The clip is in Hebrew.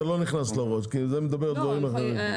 זה לא נכנס בהוראות כי זה מדבר על דברים אחרים.